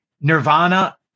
Nirvana